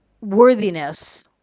worthiness